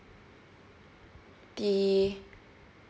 the